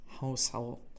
household